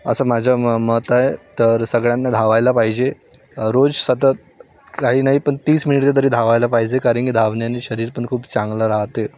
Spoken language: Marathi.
असं माझं म मत आहे तर सगळ्यांना धावायला पाहिजे रोज सतत काही नाही पण तीस मिनिटं तरी धावायला पाहिजे कारण की धावण्याने शरीर पण खूप चांगलं राहते